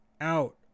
out